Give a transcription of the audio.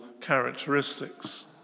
characteristics